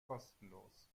kostenlos